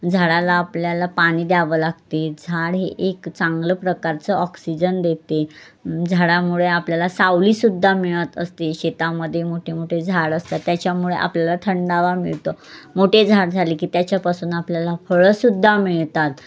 झाडाला आपल्याला पाणी द्यावं लागते झाड हे एक चांगलं प्रकारचं ऑक्सिजन देते झाडामुळे आपल्याला सावलीसुद्धा मिळत असते शेतामध्ये मोठे मोठे झाड असतात त्याच्यामुळे आपल्याला थंडावा मिळतं मोठे झाड झाले की त्याच्यापासून आपल्याला फळंसुद्धा मिळतात